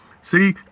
See